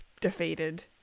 defeated